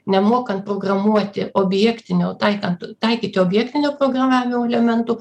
nemokant programuoti objektinio taikant taikyti objektinio programavimo elementų